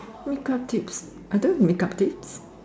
make up tips I don't have make up tips